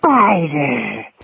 Spider